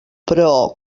però